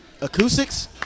Acoustics